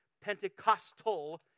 Pentecostal